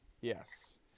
Yes